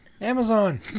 Amazon